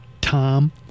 Tom